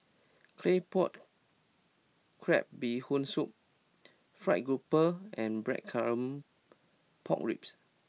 Claypot Crab Bee Hoon Soup Fried Grouper and Blackcurrant Pork Ribs